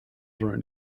around